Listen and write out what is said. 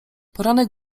poranek